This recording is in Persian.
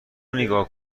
نیگا